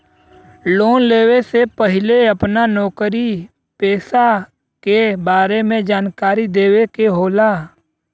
Loan लेवे से पहिले अपना नौकरी पेसा के बारे मे जानकारी देवे के होला?